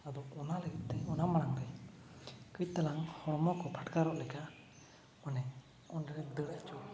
ᱟᱫᱚ ᱞᱟᱹᱜᱤᱫ ᱛᱮ ᱚᱱᱟ ᱢᱟᱲᱟᱝ ᱨᱮ ᱠᱟᱹᱡ ᱛᱟᱞᱟᱝ ᱦᱚᱲᱢᱚ ᱠᱚ ᱯᱷᱟᱹᱴᱠᱟᱨᱚᱜ ᱞᱮᱠᱟ ᱚᱱᱮ ᱚᱸᱰᱮᱞᱮ ᱫᱟᱹᱲ ᱟᱹᱪᱩᱨᱚᱜᱼᱟ